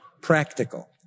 practical